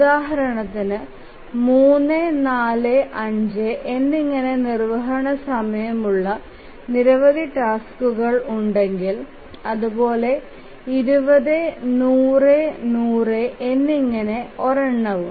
ഉദാഹരണത്തിന് 3 4 5 എന്നിങ്ങനെ നിർവഹണ സമയം ഉള്ള നിരവധി ടാസ്കുകൾ ഉണ്ടെങ്കിൽ അതുപോലെ 20 100100 എന്നിങ്ങനെ ഒരെണ്ണവും